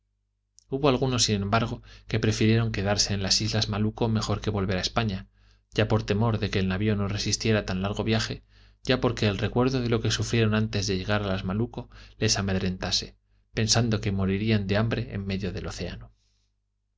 hubo algunos sin embargo que prefirieron quedarse en las islas malucco mejor que volver a españa ya por temor de que el navio no resistiera tan largo viaje ya porque el recuerdo de lo que sufrieron antes de llegar a las malucco les amedrentase pensando que morirían de hambre en medio del océano